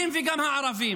גם היהודים וגם הערבים?